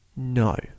No